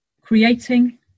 creating